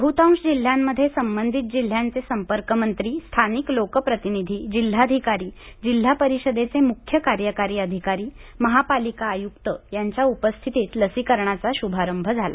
बहुतांश जिल्ह्यांमध्ये संबंधित जिल्ह्यांचे संपर्क मंत्री स्थानिक लोकप्रतिनिधी जिल्हाधिकारी जिल्हा परिषदेचे मुख्य कार्यकारी अधिकारी महापालिका आयुक्त यांच्या उपस्थितीत लसीकरणाचा शुभारंभ झाला